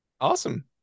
Awesome